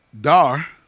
Dar